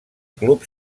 club